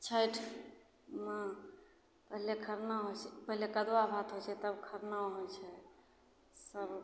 छठिमे पहिले खरना होइ छै पहिले कदुआ भात होइ छै तब खरना होइ छै सभ